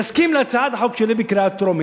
תסכים להצעת החוק שלי בקריאה טרומית,